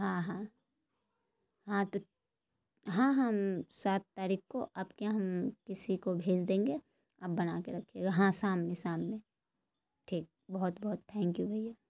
ہاں ہاں ہاں تو ہاں ہم سات تاریخ کو آپ کے یہاں ہم کسی کو بھیج دیں گے آپ بنا کے رکھیے گا ہاں شام میں شام میں ٹھیک بہت بہت تھینک یو بھیا